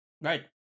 Right